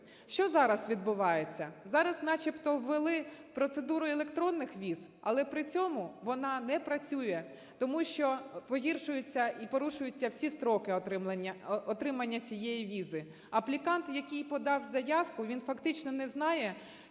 Що зараз відбувається. Зараз начебто ввели процедуру електронних віз, але при цьому вона не працює, тому що погіршуються і порушуються всі строки отримання цієї візи. Аплікант, який падав заявку, він фактично не знає,